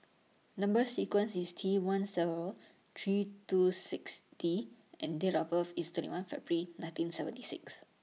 Number sequence IS T one several three two six D and Date of birth IS twenty one February nineteen seventy six